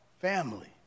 family